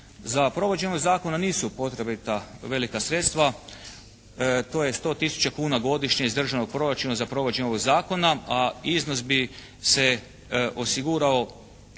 Za provođenje ovog zakona nisu potrebita velika sredstva. To je 100 tisuća kuna godišnje iz Državnog proračuna za provođenje ovog zakona, a iznos bi se osigurao